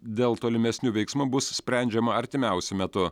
dėl tolimesnių veiksmų bus sprendžiama artimiausiu metu